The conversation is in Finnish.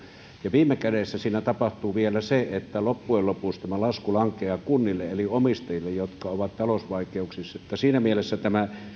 ja viime kädessä siinä tapahtuu vielä se että loppujen lopuksi tämä lasku lankeaa kunnille eli omistajille jotka ovat talousvaikeuksissa siinä mielessä tämä